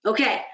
Okay